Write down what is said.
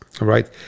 right